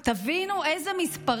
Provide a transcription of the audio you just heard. תבינו אילו מספרים.